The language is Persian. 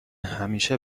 همیشه